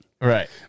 Right